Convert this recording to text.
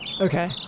Okay